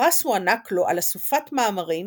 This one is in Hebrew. הפרס הוענק לו על אסופת מאמרים